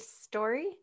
story